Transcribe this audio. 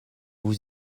vous